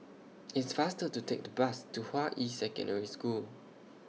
It's faster to Take The Bus to Hua Yi Secondary School